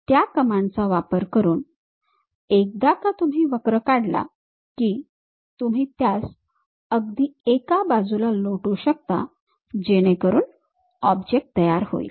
त्या कमांड चा वापर करून एकदा का तुम्ही वक्र काढला की तुम्ही त्यास अगदी एका बाजूला लोटू शकता जेणेकरून ऑब्जेक्ट तयार होईल